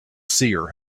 seer